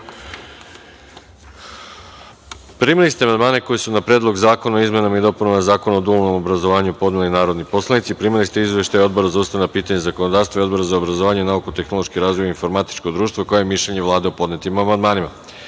celini. Primili ste amandmane koje su na Predlog zakona o izmenama i dopunama Zakona o dualnom obrazovanju podneli narodni poslanici. Primili ste izveštaj Odbora za ustavna pitanja i zakonodavstvo i Odbora za obrazovanje, nauku, tehnološki razvoj i informatičko društvo, kao i mišljenje Vlade o podnetim amandmanima. Pošto